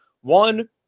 one